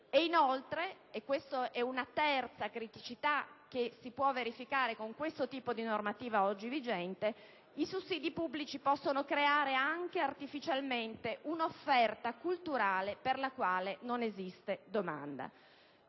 Inoltre, una terza criticità che si può verificare con questo tipo di normativa oggi vigente è rappresentata dal fatto che i sussidi pubblici possono creare anche artificialmente un'offerta culturale per la quale non esiste domanda.